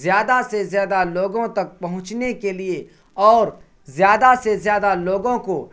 زیادہ زیادہ لوگوں تک پہنچنے کے لیے اور زیادہ سے زیادہ لوگوں کو